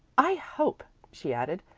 i hope, she added,